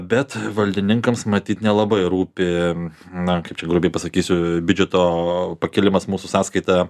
bet valdininkams matyt nelabai rūpi na kaip čia grubiai pasakysiu biudžeto pakilimas mūsų sąskaita